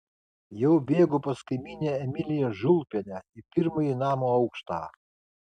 jau bėgu pas kaimynę emiliją žulpienę į pirmąjį namo aukštą